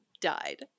died